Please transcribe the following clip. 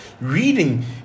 Reading